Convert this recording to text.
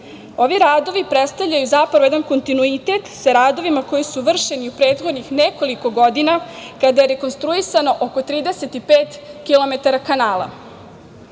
Ovi radovi predstavljaju zapravo jedan kontinuitet sa radovima koji su vršeni u prethodnih nekoliko godina kada je rekonstruisano oko 35 kilometara